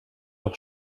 leur